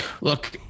Look